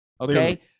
Okay